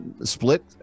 split